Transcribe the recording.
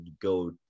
go